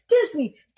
disney